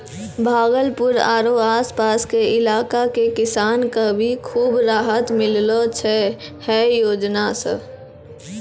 भागलपुर आरो आस पास के इलाका के किसान कॅ भी खूब राहत मिललो छै है योजना सॅ